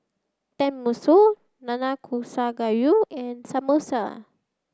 Tenmusu Nanakusa Gayu and Samosa